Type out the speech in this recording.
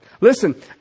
Listen